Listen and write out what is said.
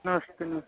नमस्ते नमस